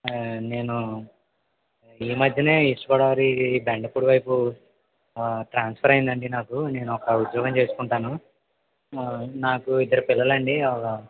ఆ నేనూ ఈ మధ్యనే ఈస్ట్ గోదావరి బెండపూడి వైపు ఆ ట్రాన్స్ఫర్ అయ్యిందండి నాకు నేనొక ఉద్యోగం చేస్కుంటాను నాకూ ఇద్దరు పిల్లలండి ఒక